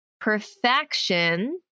perfection